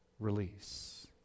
release